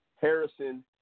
Harrison